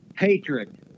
Hatred